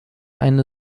eine